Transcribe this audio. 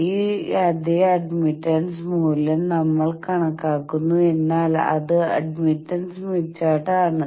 ഈ അതേ അഡ്മിറ്റൻസ് മൂല്യം നമ്മൾ കണക്കാക്കുന്നു എന്നാൽ അത് അഡ്മിറ്റൻസ് സ്മിത്ത് ചാർട്ടിൽ ആണ്